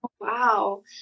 Wow